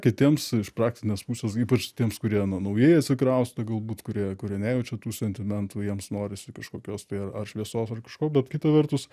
kitiems iš praktinės pusės ypač tiems kurie na naujai atsikrausto galbūt kurie kurie nejaučia tų sentimentų jiems norisi kažkokios tai ar ar šviesos ar kažko bet kita vertus